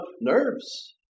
nerves